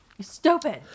stupid